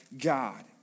God